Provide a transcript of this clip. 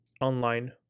online